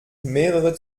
mehrere